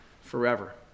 forever